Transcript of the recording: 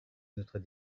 notre